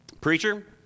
Preacher